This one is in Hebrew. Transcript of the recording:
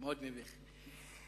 מאוד מביך.